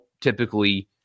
typically